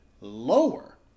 lower